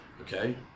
Okay